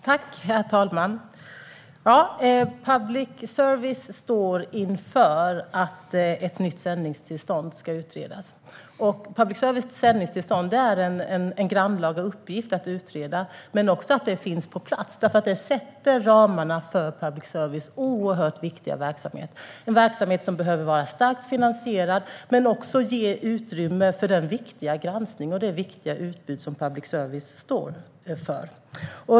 Herr talman! Public service står inför att ett nytt sändningstillstånd ska utredas. Det är en grannlaga uppgift att utreda sändningstillståndet för public service men också att få det på plats, eftersom det sätter ramarna för public services oerhört viktiga verksamhet. Det är en verksamhet som behöver vara starkt finansierad men också ge utrymme för den viktiga granskning och det viktiga utbud som public service står för.